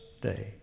day